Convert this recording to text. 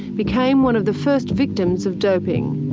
became one of the first victims of doping.